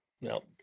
No